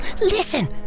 listen